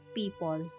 people